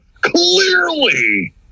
clearly